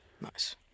Nice